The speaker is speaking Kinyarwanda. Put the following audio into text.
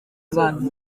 abantu